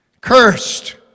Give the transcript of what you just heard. Cursed